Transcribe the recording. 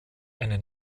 eine